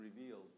revealed